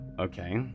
Okay